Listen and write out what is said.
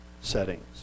settings